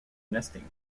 nesting